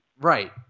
Right